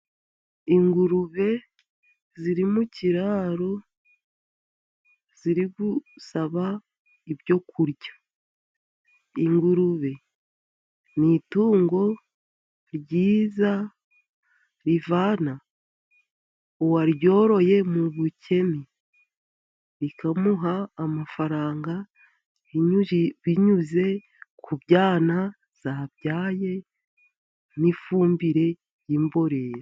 Ingurube ziri mu kiraro, ziri gusaba ibyo kurya. Ingurube ni itungo ryiza rivana uwaryoroye mu bukene, rikamuha amafaranga binyuze ku byana zabyaye, n'ifumbire y' imborera.